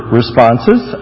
responses